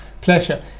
pleasure